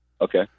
Okay